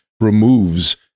removes